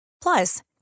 Plus